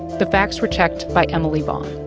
the facts were checked by emily vaughn.